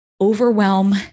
overwhelm